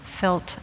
felt